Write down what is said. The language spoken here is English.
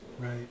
right